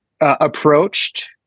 approached